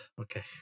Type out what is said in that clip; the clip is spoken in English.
okay